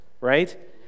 right